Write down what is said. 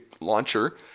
launcher